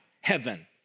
heaven